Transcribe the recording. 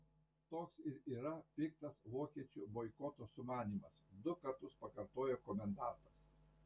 toks ir yra piktas vokiečių boikoto sumanymas du kartus pakartojo komendantas